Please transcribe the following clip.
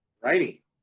Righty